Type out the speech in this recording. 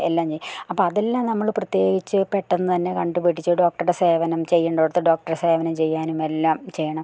എല്ലാം ചെയ്യും അപ്പം അതെല്ലാം നമ്മൾ പ്രത്യേകിച്ച് പെട്ടെന്നു തന്നെ കണ്ടു പിടിച്ച് ഡോക്ടറുടെ സേവനം ചെയ്യേണ്ട ഇടത്ത് ഡോക്ടറുടെ സേവനം ചെയ്യാനുമെല്ലാം ചെയ്യണം